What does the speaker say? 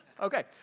Okay